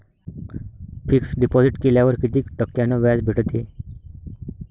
Fix deposit केल्यावर कितीक टक्क्यान व्याज भेटते?